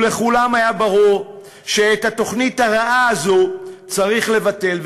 ולכולם היה ברור שאת התוכנית הרעה הזו צריך לבטל,